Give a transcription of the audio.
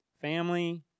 family